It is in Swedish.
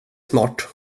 smart